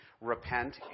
repent